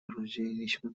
rozdzieliliśmy